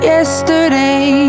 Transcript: Yesterday